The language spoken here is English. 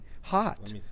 hot